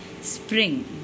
spring